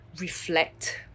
reflect